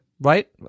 Right